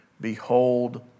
behold